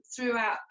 throughout